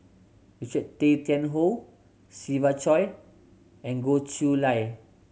Richard Tay Tian Hoe Siva Choy and Goh Chiew Lye